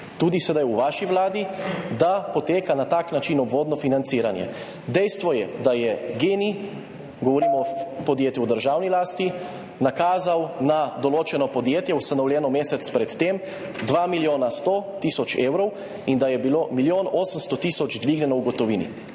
tudi sedaj v vaši vladi, da poteka obvodno financiranje na tak način? Dejstvo je, da je GEN-I, govorimo o podjetju v državni lasti, nakazal na določeno podjetje, ustanovljeno mesec pred tem, 2 milijona 100 tisoč evrov in da je bilo milijon 800 tisoč [evrov] dvignjenih v gotovini.